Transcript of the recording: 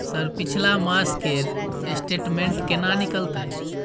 Sir पिछला मास के स्टेटमेंट केना निकलते?